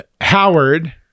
Howard